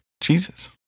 Jesus